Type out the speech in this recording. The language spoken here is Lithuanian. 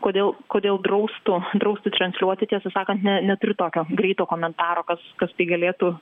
kodėl kodėl draustų drausti transliuoti tiesą sakant ne neturiu tokio greito komentaro kas kas tai galėtų